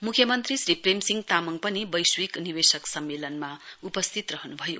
मुख्यमन्त्री श्री प्रेम सिंह तामाङ पनि वैश्विक निवेशक सम्मेलनमा उपस्थित रहनु भयो